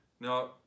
Now